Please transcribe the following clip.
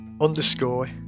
underscore